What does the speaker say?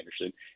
Anderson